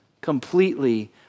completely